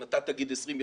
אם אתה תגיד 20,